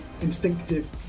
instinctive